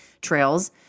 trails